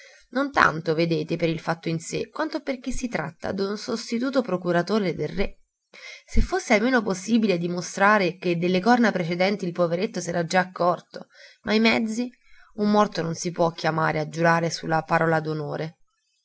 non tanto vedete per il fatto in sé quanto perché si tratta d'un sostituto procuratore del re se fosse almeno possibile dimostrare che delle corna precedenti il poveretto s'era già accorto ma i mezzi un morto non si può chiamare a giurare su la sua parola